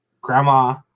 grandma